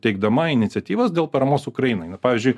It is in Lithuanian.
teikdama iniciatyvas dėl paramos ukrainai na pavyzdžiui